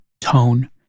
tone